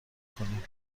کنیم